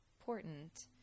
important